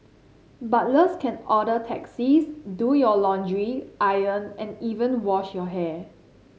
butlers can order taxis do your laundry iron and even wash your hair